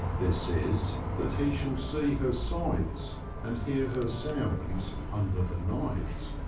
this is that he shall see her sights and hear her sounds under the night.